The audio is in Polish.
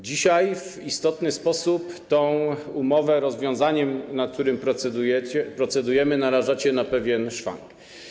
Dzisiaj w istotny sposób tę umowę rozwiązaniem, nad którym procedujemy, narażacie na pewien szwank.